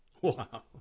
Wow